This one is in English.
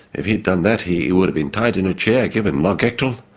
if he'd done that he would have been tied in a chair, given largectil,